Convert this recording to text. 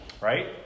Right